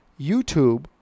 YouTube